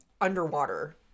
underwater